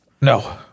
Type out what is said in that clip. No